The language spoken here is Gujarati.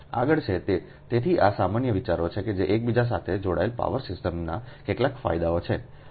આગળ છે તેથી આ સામાન્ય વિચારો છે કે જે એકબીજા સાથે જોડાયેલ પાવર સિસ્ટમના કેટલાક ફાયદાઓ છે છે